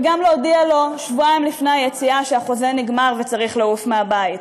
וגם להודיע לו שבועיים לפני היציאה שהחוזה נגמר וצריך לעוף מהבית.